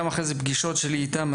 גם אחרי זה בפגישות שלי איתם.